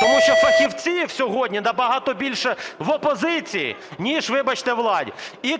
тому що фахівців сьогодні набагато більше в опозиції, ніж, вибачте, у владі. І,